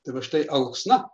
tai va štai alksna